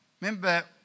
remember